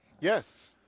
Yes